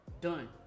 done